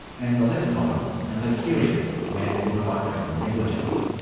and the less common, and less serious, manslaughter by criminal negligence.